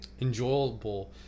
enjoyable